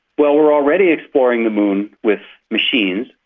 well, we're already exploring the moon with machines,